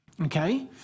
Okay